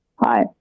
Hi